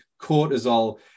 cortisol